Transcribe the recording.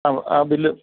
അ ആ ബില്ല്